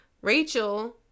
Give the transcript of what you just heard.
Rachel